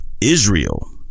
Israel